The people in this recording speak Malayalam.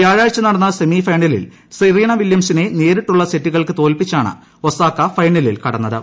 വ്യാഴ്ച നടന്ന സെമി ഫൈനലിൽ സെറീന വില്യംസിനെ നേരിട്ടുള്ള സെറ്റുകൾക്ക് തോൽപ്പിച്ചാണ് ഒസാക്ക ഫൈനലിൽ കടന്നത്